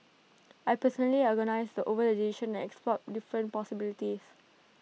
I personally agonised over the decision and explored different possibilities